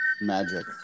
magic